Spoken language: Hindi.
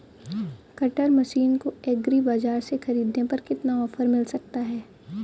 कटर मशीन को एग्री बाजार से ख़रीदने पर कितना ऑफर मिल सकता है?